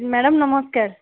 madam ନମସ୍କାର